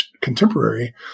contemporary